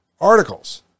articles